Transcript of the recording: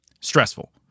stressful